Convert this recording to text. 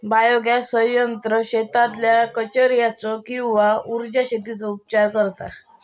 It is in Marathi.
बायोगॅस संयंत्र शेतातल्या कचर्याचो किंवा उर्जा शेतीचो उपचार करता